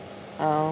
uh